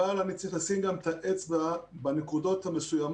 אבל אני צריך גם לשים את האצבע בנקודות המסוימות,